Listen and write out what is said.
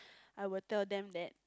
I would tell them that